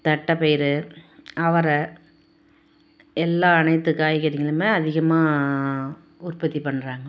தட்டைப்பயிறு அவரை எல்லா அனைத்து காய்கறிகளுமே அதிகமாக உற்பத்தி பண்ணுறாங்க